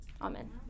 Amen